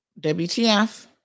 WTF